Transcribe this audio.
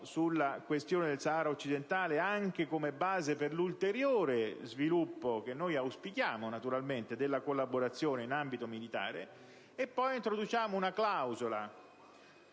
sulla questione del Sahara occidentale, anche come base per l'ulteriore sviluppo», che noi auspichiamo, naturalmente, «della collaborazione in ambito militare». Infine introduciamo una clausola: